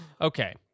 Okay